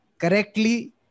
correctly